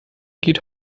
geht